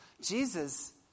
Jesus